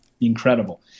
incredible